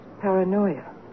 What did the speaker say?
paranoia